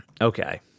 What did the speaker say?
Okay